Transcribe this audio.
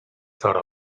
thought